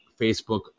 Facebook